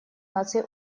наций